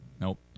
Nope